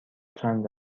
چند